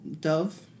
dove